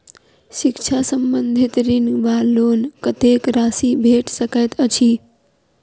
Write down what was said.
शिक्षा संबंधित ऋण वा लोन कत्तेक राशि भेट सकैत अछि?